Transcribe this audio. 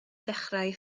ddechrau